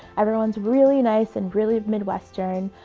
everyone's really nice and really midwestern.